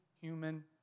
human